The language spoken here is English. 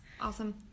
Awesome